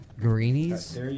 Greenies